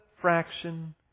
fraction